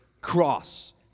cross